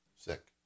sick